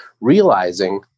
realizing